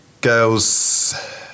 Girls